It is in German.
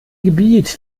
gebiet